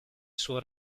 suo